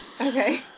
Okay